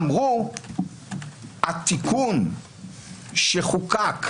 אמרו, התיקון שחוקק,